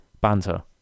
banter